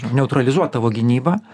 neutralizuot tavo gynybą